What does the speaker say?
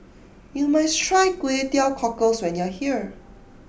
you must try Kway Teow Cockles when you are here